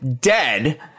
dead